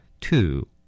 Two